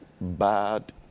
bad